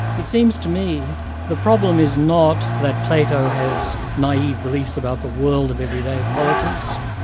it seems to me the problem is not that plato has naive beliefs about the world of everyday politics,